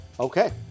Okay